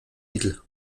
île